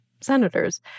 senators